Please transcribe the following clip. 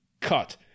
Cut